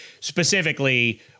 specifically